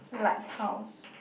lighthouse